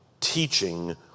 teaching